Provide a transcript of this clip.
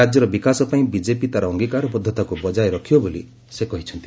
ରାଜ୍ୟର ବିକାଶ ପାଇଁ ବିଜେପି ତାର ଅଙ୍ଗିକାରବଦ୍ଧତାକୁ ବଜାୟ ରଖିବ ବୋଲି ସେ କହିଚ୍ଚନ୍ତି